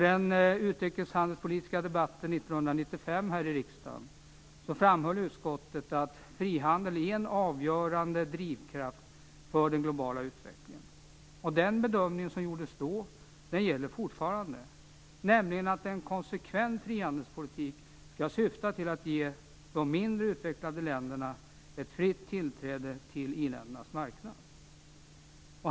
I den utrikeshandelspolitiska debatten 1995 här i riksdagen framhöll utskottet att frihandel är en avgörande drivkraft för den globala utvecklingen. Den bedömning som då gjordes gäller fortfarande, nämligen att en konsekvent frihandelspolitik skall syfta till att ge de mindre utvecklade länderna fritt tillträde till iländernas marknader.